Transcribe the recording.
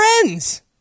friends